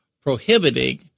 prohibiting